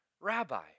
rabbi